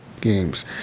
Games